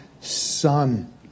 Son